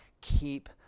keep